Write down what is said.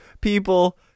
people